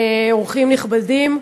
אורחים נכבדים,